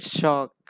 shock